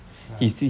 ah